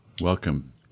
welcome